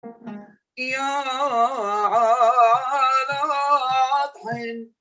יאללה, התחל.